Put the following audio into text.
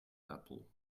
apple